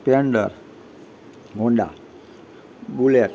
Splendor Honda bullet